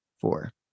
four